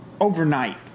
overnight